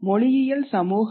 மொழியியல் சமூகத்தில்